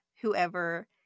whoever